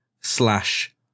slash